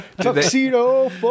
Tuxedo